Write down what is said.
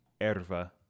erva